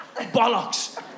bollocks